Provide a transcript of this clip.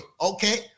okay